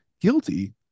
guilty